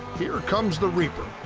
here comes the reaper,